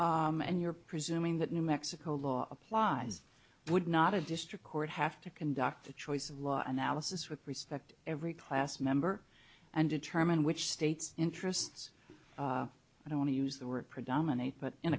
mexico and you're presuming that new mexico law applies would not a district court have to conduct a choice of law analysis with respect every class member and determine which state's interests and i want to use the word predominate but in